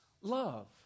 love